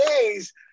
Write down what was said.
days